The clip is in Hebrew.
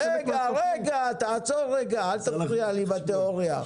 רגע אל תפריע לי בתיאוריה.